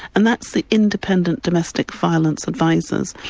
and that's the independent domestic violence advisers.